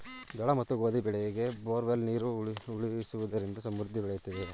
ಜೋಳ ಮತ್ತು ಗೋಧಿ ಬೆಳೆಗೆ ಬೋರ್ವೆಲ್ ನೀರು ಉಣಿಸುವುದರಿಂದ ಸಮೃದ್ಧಿಯಾಗಿ ಬೆಳೆಯುತ್ತದೆಯೇ?